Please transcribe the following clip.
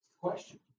Question